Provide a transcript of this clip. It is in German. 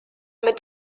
mit